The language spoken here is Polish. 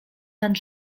nad